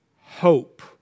hope